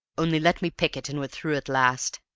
only let me pick it, and we're through at last.